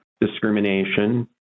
discrimination